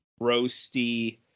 roasty